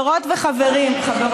אורן אסף חזן (הליכוד): אבל זה לא נכון.